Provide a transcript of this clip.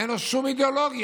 אין לו שום אידיאולוגיה.